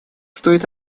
стоит